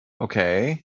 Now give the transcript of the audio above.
Okay